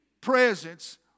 presence